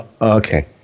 Okay